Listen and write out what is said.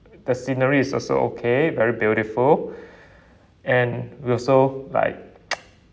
the scenery is also okay very beautiful and we also like